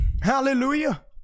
hallelujah